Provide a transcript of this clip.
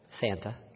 Santa